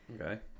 Okay